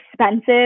expensive